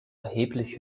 erheblich